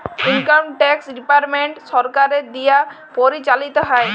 income tax department সরকারের দিয়া পরিচালিত হ্যয়